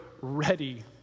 ready